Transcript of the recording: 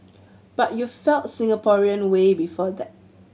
but you felt Singaporean way before that